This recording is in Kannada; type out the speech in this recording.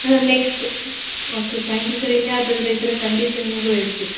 next okay thank you sir ಇನ್ಯಾವುದಾದ್ರು ಇದ್ದರೆ ಖಂಡಿತ ನಿಮಗೂ ಹೇಳ್ತೀವಿ